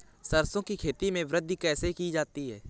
सरसो की खेती में वृद्धि कैसे की जाती है?